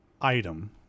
item